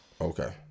Okay